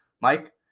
Mike